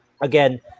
again